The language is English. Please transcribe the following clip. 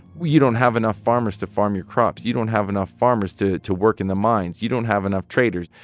you you don't have enough farmers to farm your crops. you don't have enough farmers to to work in the mines. you don't have enough traders.